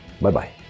Bye-bye